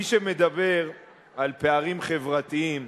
מי שמדבר על פערים חברתיים,